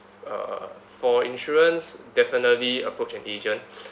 uh for insurance definitely approach an agent